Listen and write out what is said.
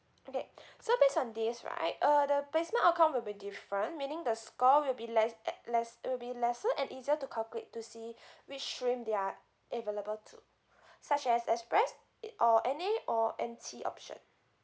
okay so based on this right uh the placement outcome will be different meaning the score will be less at less it'll be lesser and easier to calculate to see which stream they're available to such as express it or N_A or N_T option